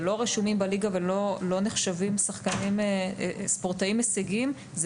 שלא רשומים בליגה ולא נחשבים כספורטאים הישגיים זה